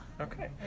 Okay